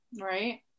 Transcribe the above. Right